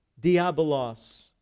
Diabolos